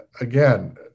Again